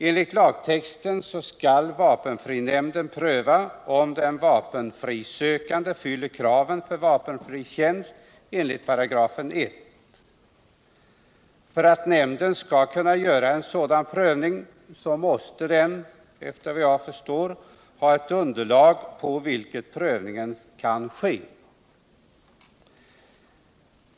Enligt lagtexten skall vapenfrinämnden pröva om den vapenfrisökande uppfyller kraven för vapenfri tjänst enligt I §. För att nämnden skall kunna göra en sådan prövning måste den, efter vad jag förstår, ha ett underlag på vilket prövningen kan ske.